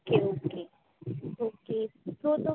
okay okay okay so तुमी